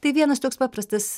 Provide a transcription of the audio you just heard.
tai vienas toks paprastas